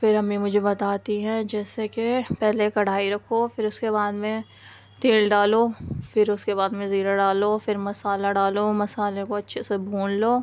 پھر امی مجھے بتاتی ہے جیسے کہ پہلے کڑھائی رکھو پھر اس کے بعد میں تیل ڈالو پھر اس کے بعد میں زیرہ ڈالو پھر مسالہ ڈالو مسالے کو اچھے سے بھون لو